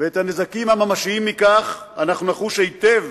ואת הנזקים הממשיים מכך אנחנו נחוש היטב